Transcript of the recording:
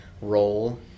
role